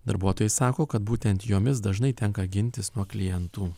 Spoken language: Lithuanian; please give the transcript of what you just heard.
darbuotojai sako kad būtent jomis dažnai tenka gintis nuo klientų